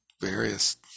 various